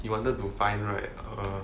he wanted to find right err